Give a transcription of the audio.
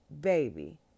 baby